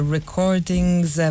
Recordings